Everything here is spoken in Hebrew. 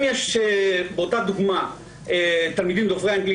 אם באותה דוגמה יש תלמידים דוברי אנגלית